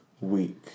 week